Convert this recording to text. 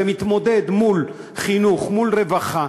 זה מתמודד מול חינוך, מול רווחה.